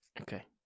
Okay